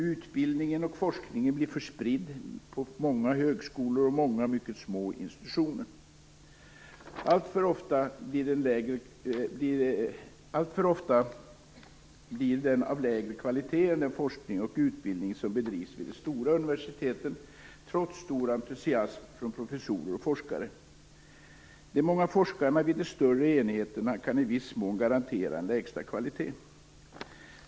Utbildningen och forskningen blir för spridd på många högskolor och många mycket små institutioner. Alltför ofta blir den av lägre kvalitet än den forskning och utbildning som bedrivs vid de stora universiteten trots stor entusiasm från professorer och forskare. De många forskarna vid de större enheterna kan i viss mån garantera en lägsta kvalitet.